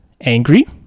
angry